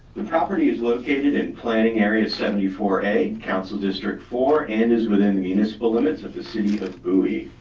the property is located in planning area seventy four a, council district four and is within the municipal limits of the city of bowie.